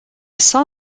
saw